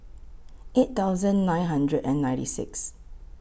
eight thousand nine hundred and ninety six